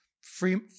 free